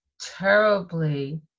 terribly